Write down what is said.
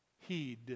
Heed